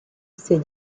ces